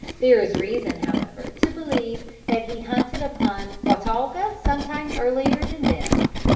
there is reason however to believe that he hunted upon watauga some time earlier than this.